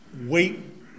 Wait